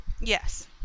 Yes